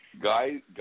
Guys